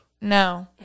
No